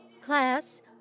Class